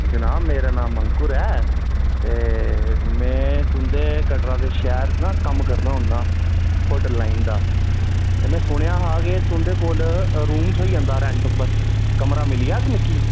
जनाब मेरा नाम अंकुर ऐ ते में तुं'दे कटरा दे शैह्र ना कम्म करना होन्ना होटल लाइन दा ते में सुनेआ हा के तुं'दे कोल रूम थ्होई जंदा रेन्ट उप्पर कमरा मिली जाह्ग मिकी